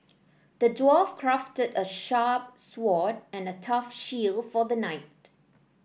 the dwarf crafted a sharp sword and a tough shield for the knight